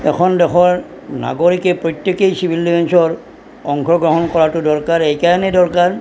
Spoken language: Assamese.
এখন দেশৰ নাগৰিকে প্ৰত্যেকেই চিভিল ডিফেঞ্চৰ অংশগ্ৰহণ কৰাটো দৰকাৰ এইকাৰণেই দৰকাৰ